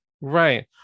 right